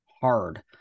hard